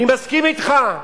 אני מסכים אתך.